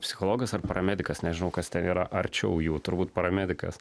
psichologas ar paramedikas nežinau kas ten yra arčiau jų turbūt paramedikas